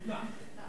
לא מומלץ למנותח.